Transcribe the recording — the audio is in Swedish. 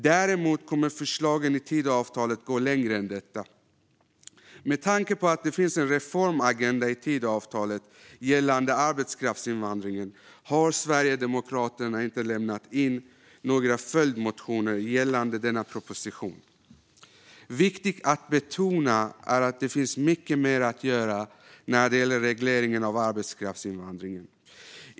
Dock kommer förslagen i Tidöavtalet att gå längre än detta. Med tanke på att det finns en reformagenda i Tidöavtalet gällande arbetskraftsinvandringen har Sverigedemokraterna inte lämnat in några följdmotioner gällande denna proposition. Viktigt att betona är att det finns mycket mer att göra när det gäller regleringen av arbetskraftsinvandringen.